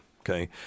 Okay